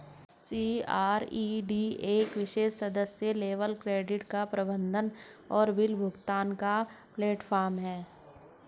CRED एक विशेष सदस्य केवल क्रेडिट कार्ड प्रबंधन और बिल भुगतान प्लेटफ़ॉर्म है